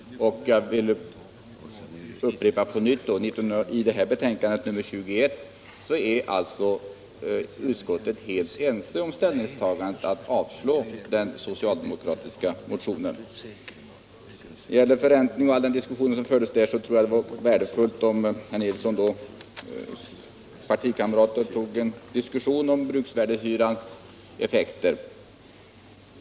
Jag vill också upprepa att i civilutskottets betänkande nr 21 har utskottet varit helt ense i ställningstagandet att avstyrka den socialdemokratiska motionen. I vad gäller den diskussion som förts om förräntningen tror jag det vore värdefullt om herr Nilsson med sina partikamrater tog en diskussion om bruksvärdehyrans effekter.